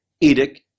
edict